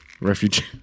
Refugee